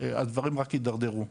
הדברים רק התדרדרו,